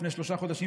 לפני שלושה חודשים,